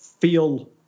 feel